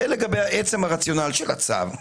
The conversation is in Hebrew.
זה לגבי הרציונל של הצו.